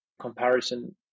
comparison